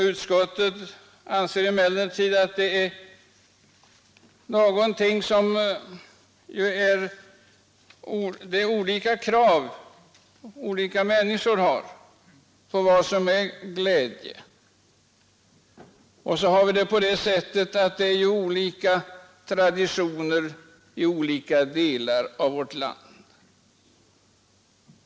Utskottet anser emellertid, att olika människor har olika krav på glädje. Det råder även olika traditioner i olika delar av vårt land.